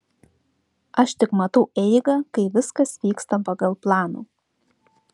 aš tik matau eigą kai viskas vyksta pagal planą